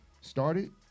started